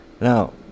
Now